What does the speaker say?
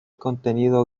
contenido